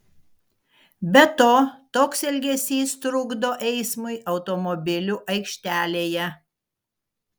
be to toks elgesys trukdo eismui automobilių aikštelėje